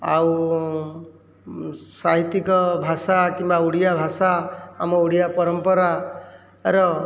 ଆଉ ସାହିତ୍ୟିକ ଭାଷା କିମ୍ବା ଓଡ଼ିଆ ଭାଷା ଆମ ଓଡ଼ିଆ ପରମ୍ପରାର